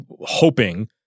hoping